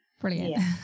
Brilliant